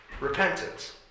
repentance